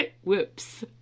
Whoops